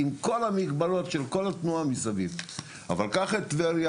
עם כל המגבלות ועם כל התנועה מסביב; אבל לעומת זאת קח את טבריה,